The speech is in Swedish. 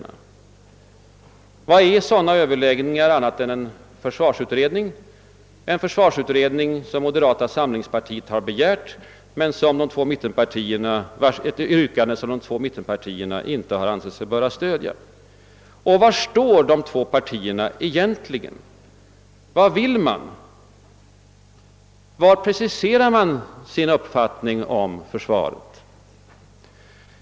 Men vad är sådana överläggningar annat än en försvarsutredning, en sådan utredning som moderata samlingspartiet begärt, vilket yrkande de två mittenpartierna dock inte ansett sig böra stödja? Var står egentligen dessa två partier? Vad vill man? Hur preciserar man sin uppfattning om försvaret?